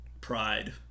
pride